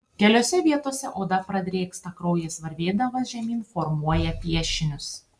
keliose vietose oda pradrėksta kraujas varvėdamas žemyn formuoja piešinius